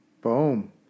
Boom